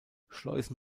schleusen